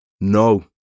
No